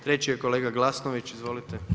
Treći je kolega Glasnović, izvolite.